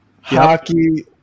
hockey